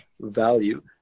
value